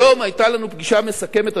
היום היתה לנו פגישה מסכמת,